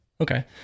Okay